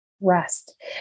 Rest